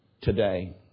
today